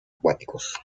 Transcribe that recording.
acuáticos